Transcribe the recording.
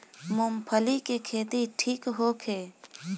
मूँगफली के खेती ठीक होखे?